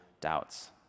doubts